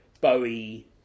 Bowie